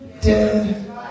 dead